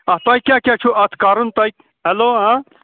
آ تۄہہِ کیٛاہ کیٛاہ چھُو اَتھ کَرُن تۄہہِ ہیٚلو ہاں